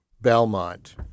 Belmont